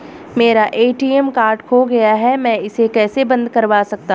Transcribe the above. मेरा ATM card खो गया है मैं इसे कैसे बंद करवा सकता हूँ?